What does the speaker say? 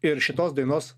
ir šitos dainos